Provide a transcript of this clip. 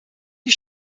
die